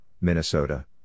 Minnesota